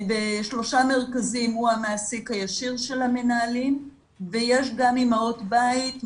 בשלושה מרכזים הוא המעסיק הישיר של המנהלים ויש גם אימהות בית,